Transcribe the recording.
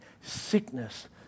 sickness